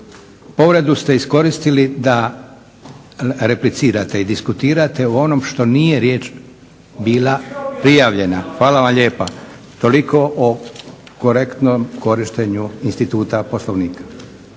povredu ste iskoristili da replicirate i diskutirate u onom što nije riječ bila prijavljena. Hvala vam lijepa. Toliko o korektnom korištenju instituta Poslovnika.